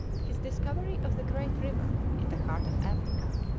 his discovery of the great river in the heart of africa,